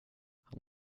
han